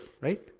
right